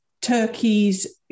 Turkeys